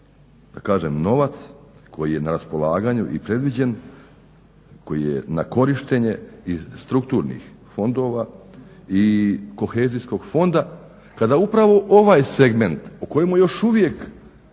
novac koji je na raspolaganju i predviđen na korištenje strukturnih fondova i Kohezijskog fonda kada upravo ovaj segment o kojemu još uvijek